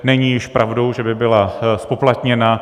Není již pravdou, že by byla zpoplatněna.